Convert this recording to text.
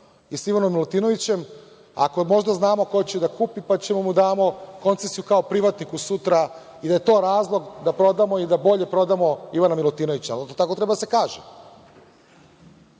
i „Ivanom Milutinovićem“, ako možda znamo ko će da kupi, pa ćemo da mu damo koncesiju kao privatniku sutra i da je to razlog da prodamo i da bolje prodamo „Ivana Milutinovića“. Onda tako treba da